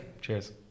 cheers